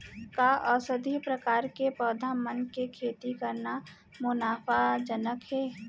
का औषधीय प्रकार के पौधा मन के खेती करना मुनाफाजनक हे?